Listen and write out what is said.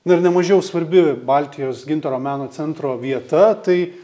na ir nemažiau svarbi baltijos gintaro meno centro vieta tai